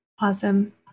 Awesome